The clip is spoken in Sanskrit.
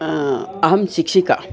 अहं शिक्षिका